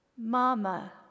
Mama